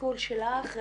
התסכול שלך,